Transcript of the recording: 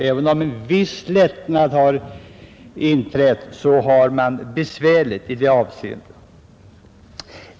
Även om viss lättnad har inträtt, har man besvärligt i det avseendet.